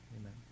Amen